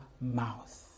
mouth